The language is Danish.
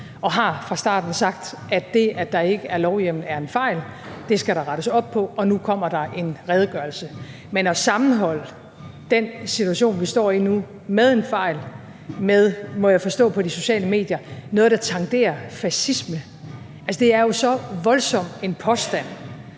Jeg har fra starten sagt, at det, at der ikke er lovhjemmel, er en fejl, og at det skal der rettes op på. Og nu kommer der en redegørelse. Men at sammenholde den situation, vi står i nu med en fejl, med noget, må jeg forstå, på de sociale medier, der tenderer mod fascisme, er jo en voldsom påstand